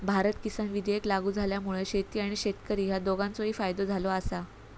भारत किसान विधेयक लागू झाल्यामुळा शेती आणि शेतकरी ह्या दोघांचोही फायदो झालो आसा